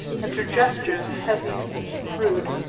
and her gestures heavy and crude.